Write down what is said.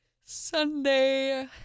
Sunday